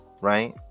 Right